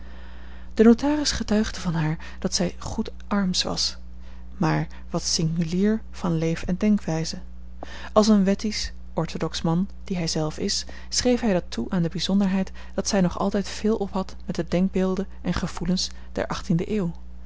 de notaris getuigde van haar dat zij goed arms was maar wat singulier van leef en denkwijze als een wettisch orthodox man die hij zelf is schreef hij dat toe aan de bijzonderheid dat zij nog altijd veel op had met de denkbeelden en gevoelens der achttiende eeuw